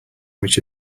which